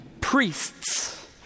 priests